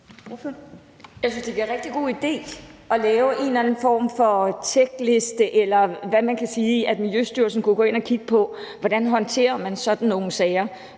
Jeg synes, det er en rigtig god idé at lave en eller anden form for tjekliste, eller hvad det kan være, og at Miljøstyrelsen kunne gå ind at kigge på, hvordan man håndterer sådan nogle sager.